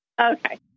Okay